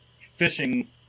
fishing